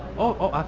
oh,